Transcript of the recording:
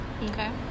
Okay